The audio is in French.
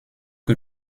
que